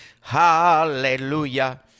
Hallelujah